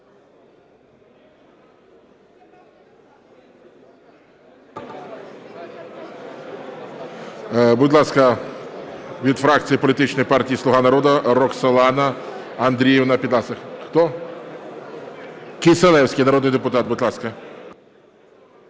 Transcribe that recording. Будь ласка, від фракції політичної партії "Слуга народу" Роксолана Андріївна Підласа. Хто? Кисилевський, народний депутат, будь ласка.